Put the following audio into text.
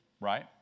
right